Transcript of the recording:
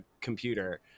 computer